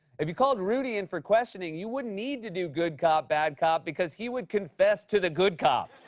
if you called rudy in for questioning, you wouldn't need to do good cop bad cop, because he would confess to the good cop.